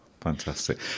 Fantastic